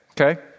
Okay